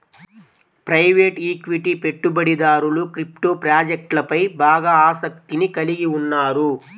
private equity పెట్టుబడిదారులు crypto ప్రాజెక్ట్లపై బాగా ఆసక్తిని కలిగి ఉన్నారు